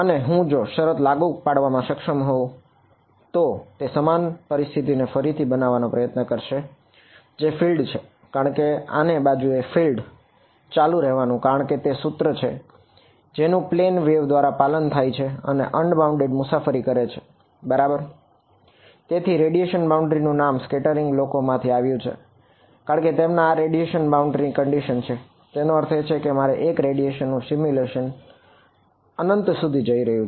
અને જો હું આ શરત લાગુ પાડવામાં સક્ષમ હોય તો તે સમાન પરિસ્થિતિ ને ફરીથી બનાવવાનો પ્રયત્ન કરશે જે ફિલ્ડ કરે છે જે અનંત સુધી જઈ રહ્યું છે